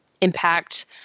impact